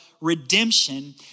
redemption